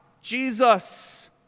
Jesus